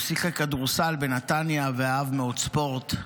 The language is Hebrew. הוא שיחק כדורסל בנתניה ואהב מאוד ספורט.